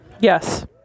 Yes